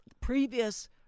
previous